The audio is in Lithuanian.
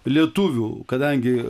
lietuvių kadangi